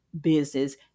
business